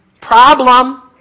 Problem